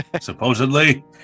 Supposedly